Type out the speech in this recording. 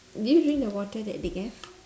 did you drink the water that they gave